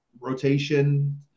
rotation